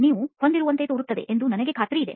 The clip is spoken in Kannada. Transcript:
ನೀವು ಹೊಂದಿರುವಂತೆ ತೋರುತ್ತಿದೆ ಎಂದು ನನಗೆ ಖಾತ್ರಿಯಿದೆ